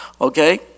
Okay